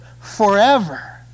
forever